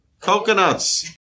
coconuts